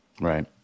Right